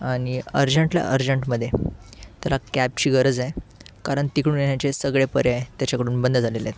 आणि अर्जंटला अर्जंटमध्ये त्याला कॅबची गरज आहे कारण तिकडून येण्याचे सगळे पर्याय त्याच्याकडून बंद झालेले आहेत